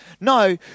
No